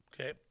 Okay